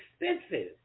expensive